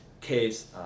case